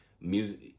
music